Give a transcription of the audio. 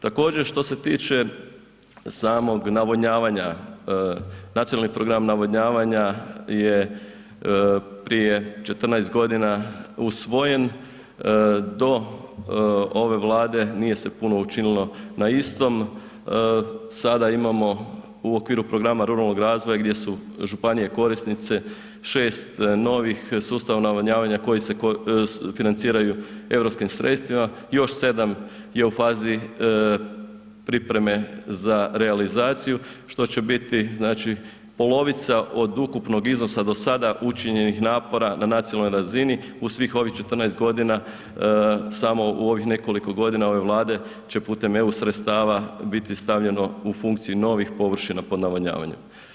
Također što se tiče samog navodnjavanja, nacionalni program navodnjavanja je prije 14 g. usvojen, do ove Vlade nije se puno učinilo na istom, sada imamo u okviru programa ruralnog razvoja gdje su županije korisnice, 6 novih sustava navodnjavanja koji se financiraju europskim sredstvima, još 7 je u fazi pripreme za realizaciju što će biti polovica od ukupnog iznosa do sada učinjenih napora na nacionalnoj razini u svih ovih 14 g., samo u ovih nekoliko godina ove Vlade će putem EU sredstava biti stavljeno u funkciju novih površina pod navodnjavanjem.